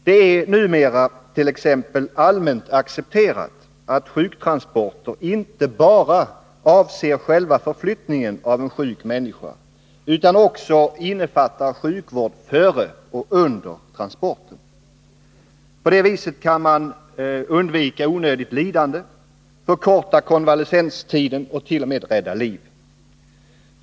Det är t.ex. numera allmänt accepterat att sjuktransporter inte bara avser själva förflyttningen av en sjuk människa utan också innefattar sjukvård före och under transporten. På det viset kan man undvika onödigt lidande, förkorta konvalescenstiden och t.o.m. rädda liv.